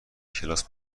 کلاس